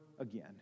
again